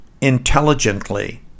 intelligently